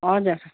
हजुर